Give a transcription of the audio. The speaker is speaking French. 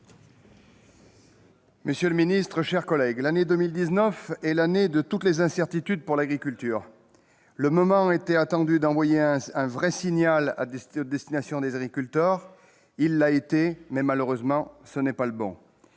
monsieur le ministre, mes chers collègues, l'année 2019 est l'année de toutes les incertitudes pour l'agriculture. Le moment était venu d'envoyer un vrai signal à destination des agriculteurs. Il l'a été, mais, malheureusement, ce n'est pas le bon.